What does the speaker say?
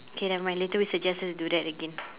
K nevermind later we suggest her to do that again